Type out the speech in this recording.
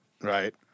Right